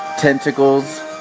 tentacles